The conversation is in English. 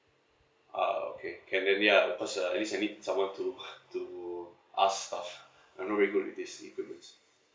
ah okay can maybe uh because uh at least I need someone to to ask of uh I don't know where to put with this equipment